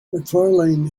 macfarlane